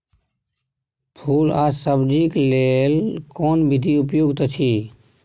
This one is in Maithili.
फूल आ सब्जीक लेल कोन विधी उपयुक्त अछि?